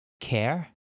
Care